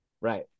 Right